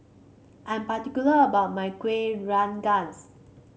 I'm particular about my Kuih Rengas